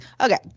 okay